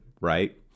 right